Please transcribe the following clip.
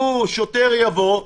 שוטר יבוא,